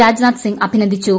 രാജ്നാഥ് സിംഗ് അഭിനന്ദിച്ചു